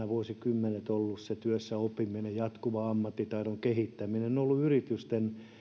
vuosikymmenet työssäoppiminen jatkuva ammattitaidon kehittäminen ollut yritysten